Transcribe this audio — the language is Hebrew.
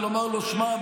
ולומר לו: שמע,